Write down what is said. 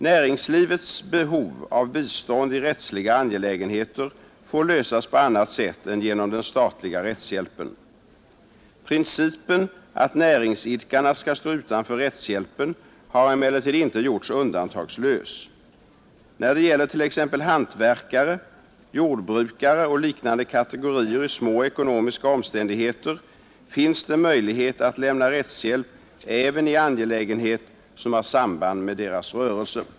Näringslivets behov av bistånd i rättsliga angelägenheter får lösas på annat sätt än genom den statliga rättshjälpen. Principen att näringsidkarna skall stå utanför rättshjälpen har emellertid inte gjorts undantagslös. När det gäller t.ex. hantverkare, jordbrukare och liknande kategorier i små ekonomiska omständigheter finns det möjlighet att lämna rättshjälp även i angelägenhet som har samband med deras rörelse.